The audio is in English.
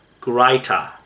greater